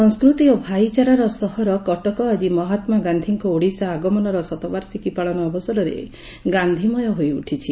ସଂସ୍କୃତି ଓ ଭାଇଚାରାର ସହର କଟକ ଆକି ମହାତ୍ନା ଗାକ୍ଷୀଙ୍କ ଓଡ଼ିଶା ଆଗମନର ଶତବାର୍ଷିକୀ ପାଳନ ଅବସରରେ ଗାଧୀମୟ ହୋଇଉଠିଛି